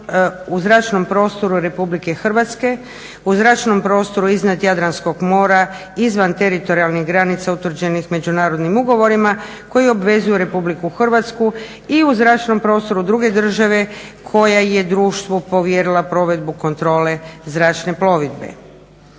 u zračnom prostoru Republike Hrvatske, u zračnom prostoru iznad Jadranskog mora izvan teritorijalnih granica utvrđenih međunarodnim ugovorima koji obvezuju Republiku Hrvatsku i u zračnom prostoru druge države koja je društvu povjerila provedbu kontrole zračne plovidbe.